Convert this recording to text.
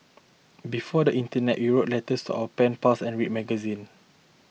before the internet you will letters our pen pals and read magazine